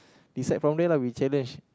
decide from there lah we challenge